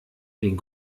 den